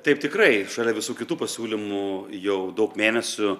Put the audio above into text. taip tikrai šalia visų kitų pasiūlymų jau daug mėnesių